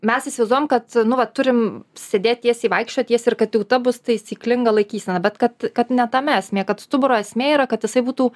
mes įsivaizduojam kad nu va turim sėdėt tiesiai vaikščiot tiesiai ir kad jau ta bus taisyklinga laikysena bet kad kad ne tame esmė kad stuburo esmė yra kad jisai būtų